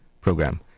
Program